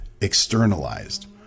externalized